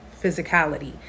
physicality